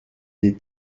des